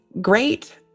great